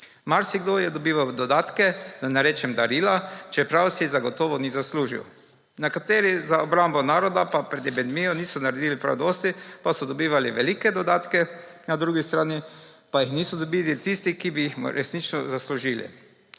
Marsikdo je dobival dodatke, da ne rečem darila, čeprav si zagotovo ni zaslužil. Nekateri za obrambo naroda pa pred epidemijo niso naredili prav dosti, pa so dobivali velike dodatke, na drugi strani pa jih niso dobili tisti, ki bi jih resnično zaslužili.